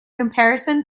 comparison